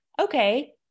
okay